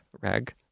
Rag